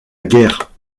guerre